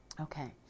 Okay